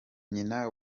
nyina